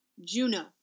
Juno